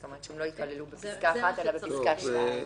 שזה אומר שהם לא ייכללו בפסקה אחת אלא בפסקה שתיים.